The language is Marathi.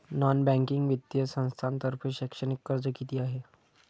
नॉन बँकिंग वित्तीय संस्थांतर्फे शैक्षणिक कर्ज किती आहे?